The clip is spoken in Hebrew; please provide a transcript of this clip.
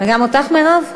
גם אותך, מירב?